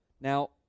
Now